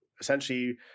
essentially-